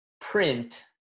print